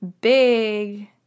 big